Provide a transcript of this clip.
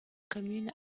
commune